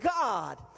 God